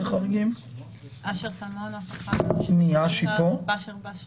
אמנון יעלה עוד מעט וייתן את